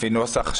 לפי נוסח.